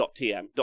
.tm